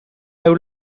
would